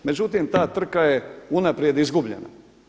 Međutim, ta trka je unaprijed izgubljena.